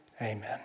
amen